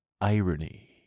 irony